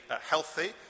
healthy